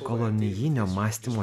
kolonijinio mąstymo